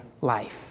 life